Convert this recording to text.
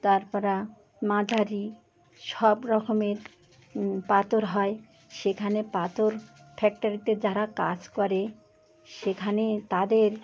তার পরে মাঝারি সব রকমের পাথর হয় সেখানে পাথর ফ্যাক্টরিতে যারা কাজ করে সেখানে তাদের